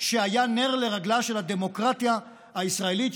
שהיה נר לרגלה של הדמוקרטיה הישראלית,